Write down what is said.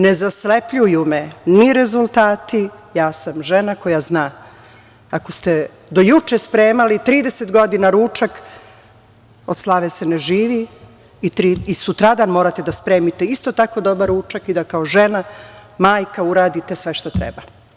Ne zaslepljuju me ni rezultati, ja sam žena koja zna, ako ste do juče spremali 30 godina ručak, od slave se ne živi i sutradan morate da spremite isto tako dobar ručak i da kao žena, majka, uradite, sve što treba.